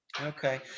Okay